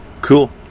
cool